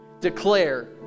declare